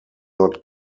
not